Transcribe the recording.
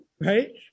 right